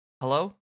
hello